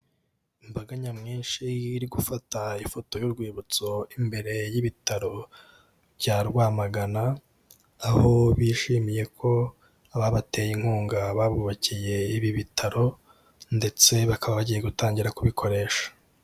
Imbaga nyamwinshi iri gufata ifoto y'urwibutso imbere y'ibitaro bya Rwamagana aho bishimiye ko ababateye inkunga babubakiye ibi bitaro ndetse bakaba bagiye gutangira kubikoresha.